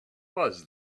was